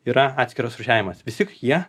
yra atskiras rūšiavimas visi jie